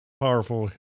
powerful